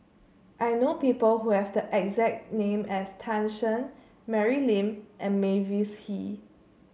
I know people who have the exact name as Tan Shen Mary Lim and Mavis Hee